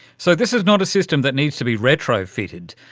so this is not a system that needs to be retrofitted.